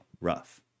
rough